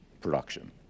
production